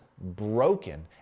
broken